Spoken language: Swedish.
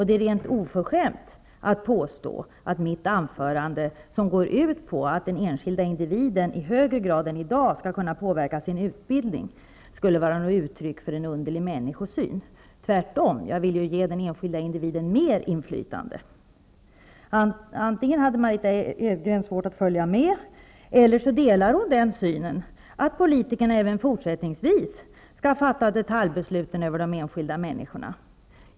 Det är rent oförskämt att påstå att mitt anförande, som går ut på att den enskilde individen i högre grad än i dag skall kunna påverka sin utbildning, skulle vara ett uttryck för en underlig människosyn. Tvärtom vill jag ge den enskilde individen mer inflytande. Antingen hade Margitta Edgren svårt att följa med, eller också delar hon den synen att politikerna även fortsättningsvis skall fatta detaljbesluten över de enskilda människorna.